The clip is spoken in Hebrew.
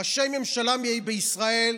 ראשי ממשלה בישראל,